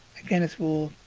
again it's for.